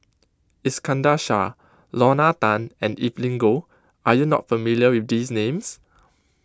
Iskandar Shah Lorna Tan and Evelyn Goh are you not familiar with these names